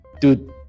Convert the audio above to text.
Dude